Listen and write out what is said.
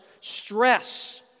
stress